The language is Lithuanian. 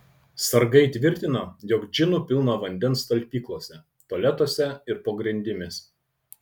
sargai tvirtino jog džinų pilna vandens talpyklose tualetuose ir po grindimis